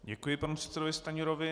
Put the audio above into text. Děkuji panu předsedovi Stanjurovi.